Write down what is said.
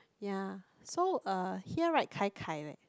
ya so uh here write gai gai leh